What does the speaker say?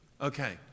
Okay